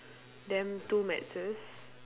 then two maths